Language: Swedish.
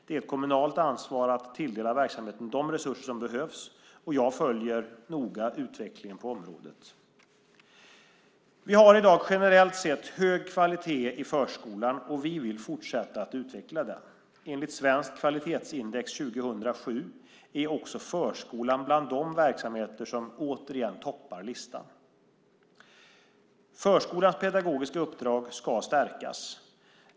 Det är ett kommunalt ansvar att tilldela verksamheten de resurser som behövs, och jag följer noga utvecklingen på området. Vi har i dag en generellt sett hög kvalitet i förskolan, och vi vill fortsätta att utveckla den. Enligt Svenskt kvalitetsindex 2007 är också förskolan bland de verksamheter som återigen toppar listan. Förskolans pedagogiska uppdrag ska stärkas.